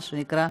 מה שנקרא,